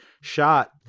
shot